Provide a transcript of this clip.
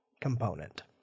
component